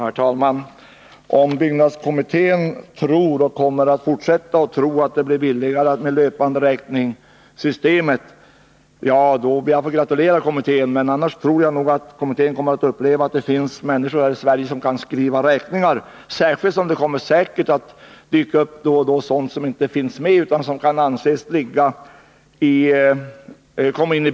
Herr talman! Om byggnadskommittén tror, och kommer att fortsätta att tro, att det blir billigare med löpanderäkningssystemet, då ber jag att få gratulera kommittén. Men annars tror jag nog att kommittén kommer att få uppleva att det finns människor här i Sverige som kan skriva räkningar — särskilt som det säkert då och då kommer att dyka upp arbeten som inte finns med nu utan som kan komma in i bilden senare.